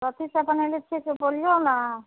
कथी सब बनयले छियै से बोलिऔ ने